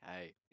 Hey